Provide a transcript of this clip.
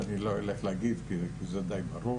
ואני לא אלך להגיד כי זה די ברור